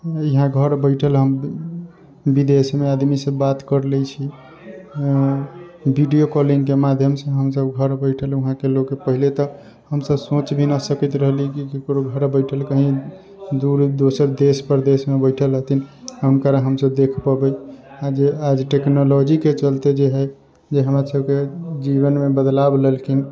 इहाँ घर बैठल हम बिदेश मे आदमी से बात कर लै छी बीडियो कॉलिंगके माध्यम से हमसब घर बैठल उहाँ के लोक के पहिले तऽ हमसब सोच भी न सकैत रहली कि केकरो घर बैठल कहीं दूर दोसर देश परदेश मे बैठल रहथिन हुनका हमसब देख पेबै आ जे आज टेक्नोलॉजीके चलते जे हय जे हमरा सबके जीवन मे बदलाव लेलखिन